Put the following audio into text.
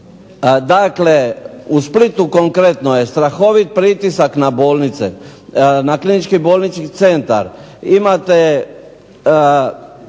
Dakle, u Splitu konkretno je strahovit pritisak na bolnice, na KBC. Imate